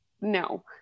No